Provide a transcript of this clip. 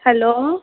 hello